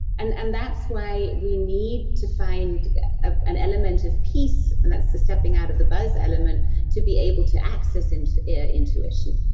and and that's why we need to find ah an element of peace and that's stepping out of the buzz element to be able to access and intuition.